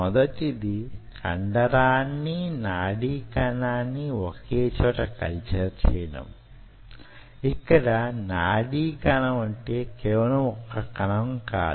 మొదటిది కండరాన్ని నాడీకణాన్ని ఓకే చోట కల్చర్ చేయడం యిక్కడ నాడీకణం అంటే కేవలం వొక్క కణం కాదు